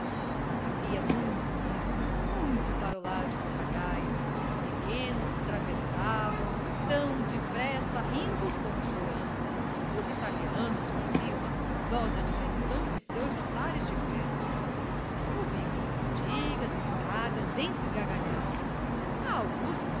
havia muito riso muito parolar de papagaios pequenos travessavam tão depressa rindo como chorando os italianos faziam a ruidosa digestão dos seus jantares de festa ouviam-se cantigas e pragas entre gargalhadas a augusta